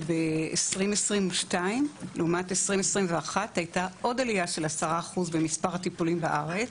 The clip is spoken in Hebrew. בשנת 2022 לעומת 2021 הייתה עוד עלייה של 10% במספר הטיפולים בארץ,